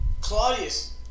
Claudius